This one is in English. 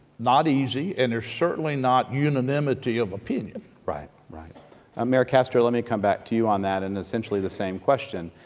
not easy, and there's certainly not unanimity of opinion. right. um mayor castro let me come back to you on that and essentially the same question.